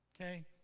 Okay